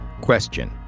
Question